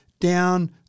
down